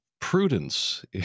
prudence